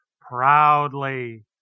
proudly